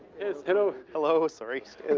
yes, hello. hello, sorry. and